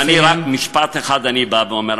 ואני, רק משפט אחד אני בא ואומר.